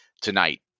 tonight